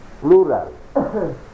plural